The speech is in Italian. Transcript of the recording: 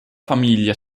famiglia